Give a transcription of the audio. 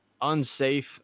unsafe